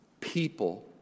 People